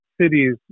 cities